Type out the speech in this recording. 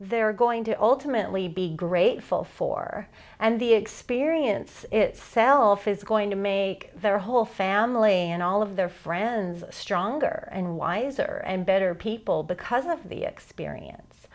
they're going to ultimately be grateful for and the experience itself is going to make their whole family and all of their friends stronger and wiser and better people because of the experience